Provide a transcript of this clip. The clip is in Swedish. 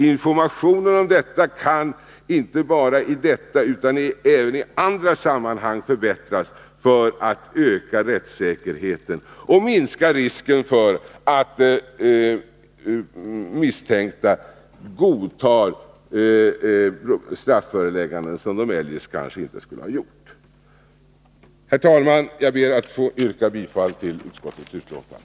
Informationen härom kan inte bara i detta utan även i andra sammanhang förbättras för att öka rättssäkerheten och minska risken för att misstänkta godtar strafförelägganden som de eljest kanske inte skulle ha godtagit. Herr talman! Jag ber att få yrka bifall till utskottets hemställan.